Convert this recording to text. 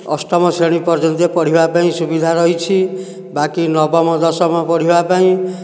ଅଷ୍ଟମ ଶ୍ରେଣୀ ପର୍ଯ୍ୟନ୍ତ ପଢ଼ିବା ପାଇଁ ସୁବିଧା ରହିଛି ବାକି ନବମ ଦଶମ ପଢ଼ିବା ପାଇଁ